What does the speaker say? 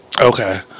Okay